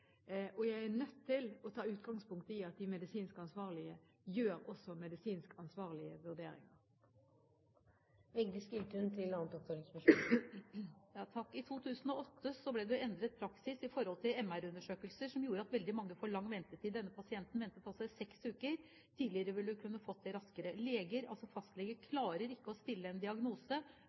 Jeg er nødt til å ta utgangspunkt i at de medisinsk ansvarlige også gjør medisinsk ansvarlige vurderinger. I 2008 ble det endret praksis når det gjaldt MR-undersøkelser, som gjorde at veldig mange fikk lang ventetid. Denne pasienten ventet altså i seks uker. Tidligere ville du kunne fått undersøkelsen raskere. Leger, altså fastleger, klarer ikke å stille en diagnose